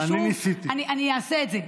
אני אעשה את זה.